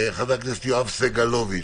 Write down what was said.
חבר הכנסת יואב סגלוביץ',